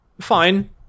fine